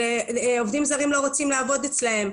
ועובדים זרים לא רוצים לעבוד אצלם.